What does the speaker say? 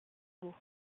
beau